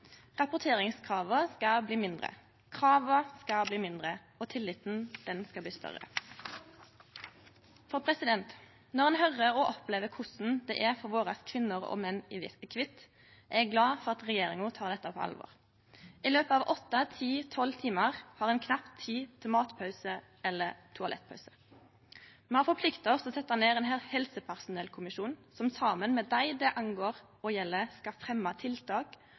skal bli mindre. Krava skal bli mindre, og tilliten skal bli større. Når ein høyrer og opplever korleis det er for våre kvinner og menn i kvitt, er eg glad for at regjeringa tek dette på alvor. I løpet av åtte–ti–tolv timar har ein knapt tid til matpause eller toalettpause. Me har forplikta oss til å setje ned ein helsepersonellkommisjon, som saman med dei det angår og gjeld, skal fremje tiltak